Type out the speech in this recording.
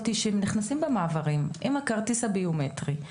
שהם נכנסים במעברים עם הכרטיס הביומטרי,